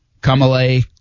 Kamale